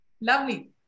lovely